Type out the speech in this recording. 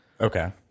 Okay